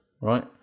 right